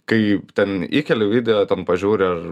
kai ten įkeliu video ten pažiūri ar